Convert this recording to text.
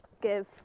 give